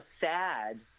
sad